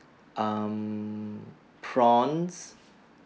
um prawns